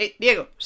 Diego